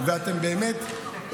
ואתם באמת,